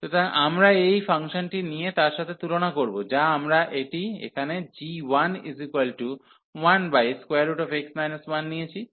সুতরাং আমরা এই ফাংশনটি নিয়ে তার সাথে তুলনা করব যা আমরা এটি এখানে g11x 1 নিয়েছি